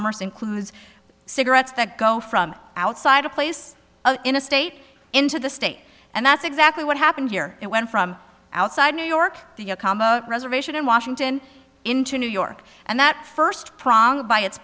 commerce includes cigarettes that go from outside a place in a state into the state and that's exactly what happened here it went from outside new york the reservation in washington into new york and that first prong by